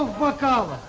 ah work of